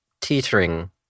Teetering